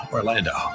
Orlando